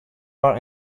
are